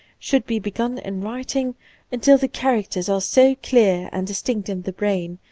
should be begun in writing until the characters are so clear and distinct in the brain,